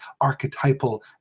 archetypal